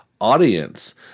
audience